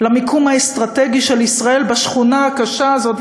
למיקום האסטרטגי של ישראל בשכונה הקשה הזאת,